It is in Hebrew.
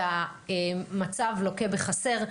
והמצב לוקה בחסר.